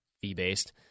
fee-based